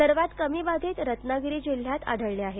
सर्वांत कमी बाधित रत्नागिरी जिल्ह्यात आढळले आहेत